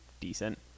decent